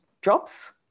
drops